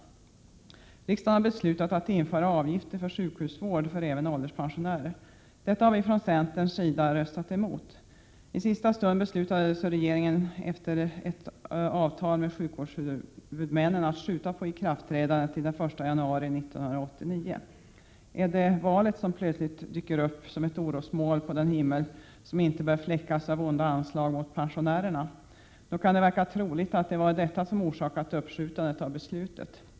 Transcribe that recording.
Riksdagen har beslutat att införa avgifter för sjukhusvård för även ålderspensionärer, detta har vi från centerns sida röstat emot. I sista stund beslutade så regeringen efter ett avtal med sjukvårdshuvudmännen att skjuta på ikraftträdandet till den 1 januari 1989. Är det valet som plötsligt dyker upp som ett orosmoln på den himmel som inte bör fläckas av onda anslag mot pensionärerna? Nog kan det verka troligt att detta har orsakat uppskjutandet av beslutet.